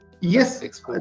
Yes